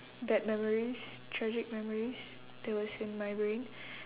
bad memories tragic memories that was in my brain